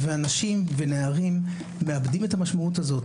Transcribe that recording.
ואנשים ונערים מאבדים את המשמעות הזו.